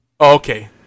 okay